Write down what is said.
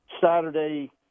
Saturday